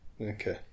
Okay